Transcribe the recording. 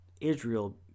Israel